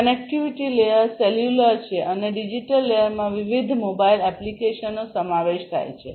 connectivity layer cellular છે અને digital લેયરમાં વિવિધ મોબાઇલ એપ્લિકેશનનો સમાવેશ થાય છે